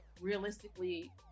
realistically